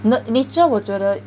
nur~ nature 我觉得